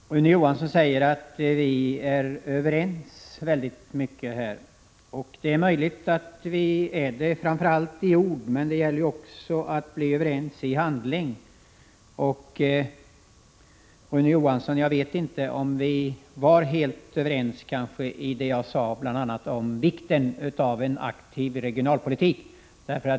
Fru talman! Rune Johansson säger att vi här är överens om mycket. Det är — 29 april 1987 möjligt att vi är det i ord, men det gäller ju också att bli överens i handling. Och jag vet inte, Rune Johansson, om vi var helt överens när det gäller det jag sade om bl.a. vikten av en aktiv regionalpolitik.